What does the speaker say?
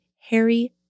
Harry